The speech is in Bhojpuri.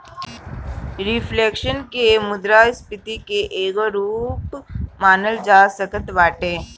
रिफ्लेक्शन के मुद्रास्फीति के एगो रूप मानल जा सकत बाटे